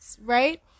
right